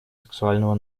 сексуального